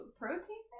protein